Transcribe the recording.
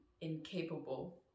incapable